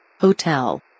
Hotel